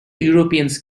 europeans